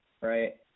right